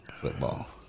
football